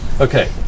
okay